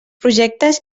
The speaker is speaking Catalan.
projectes